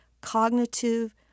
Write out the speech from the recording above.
cognitive